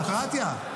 דמוקרטיה.